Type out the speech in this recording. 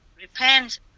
repent